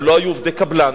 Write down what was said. הם לא היו עובדי קבלן.